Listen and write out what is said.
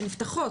שנפתחות,